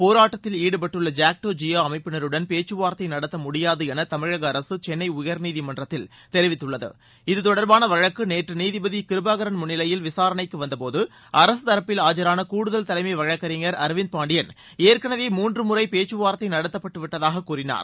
போராட்டத்தில் ஈடுபட்டுள்ள ஜாக்டோஜியோ அமைப்பினருடன் பேச்சுவா்த்தை நடத்த முடியாது என தமிழக அரசு சென்னை உயர்நீதிமன்றத்தில் தெரிவித்துள்ளது இத்தொடர்பான வழக்கு நேற்று நீதிபதி கிருபாகரன் முன்னிலையில் விசாரணைக்கு வந்தபோது அரசுத்தரப்பில் ஆஜரான கூடுதல் தலைமை வழக்கறிஞர் அரவிந்த் பாண்டியன் ஏற்கனவே மூன்று முறை பேச்சுவார்தை நடத்தப்பட்டு விட்டதாக கூறினார்